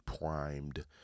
primed